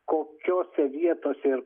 kokiose vietose ir